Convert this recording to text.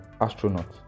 Astronaut